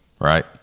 right